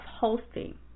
hosting